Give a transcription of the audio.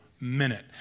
minute